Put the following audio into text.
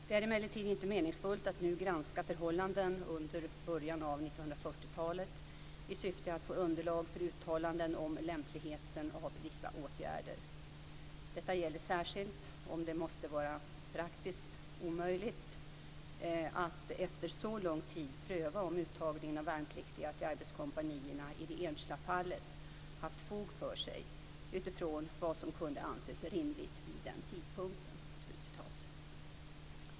Det är emellertid inte meningsfullt att nu granska förhållandena under början av 1940-talet i syfte att få underlag för uttalanden om lämpligheten av vissa åtgärder. Detta gäller särskilt som det måste vara praktiskt omöjligt att efter så lång tid pröva om uttagningen av värnpliktiga till arbetskompanierna i det enskilda fallet haft fog för sig utifrån vad som kunde anses rimligt vid den tidpunkten."